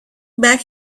back